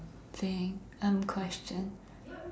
thing um question